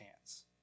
chance